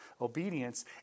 obedience